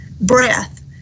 Breath